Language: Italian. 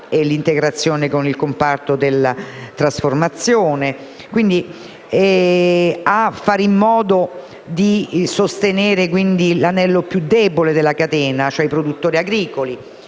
all'integrazione con il comparto della trasformazione e quindi a fare in modo di sostenere l'anello più debole della catena, cioè i produttori agricoli,